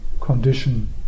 condition